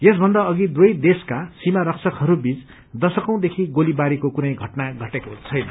यसभन्दा अघि दुवै देशका सीमा रक्षकहरू बीच दशंकौं देखि गोलीबारीको कुनै घटना घटेको छैन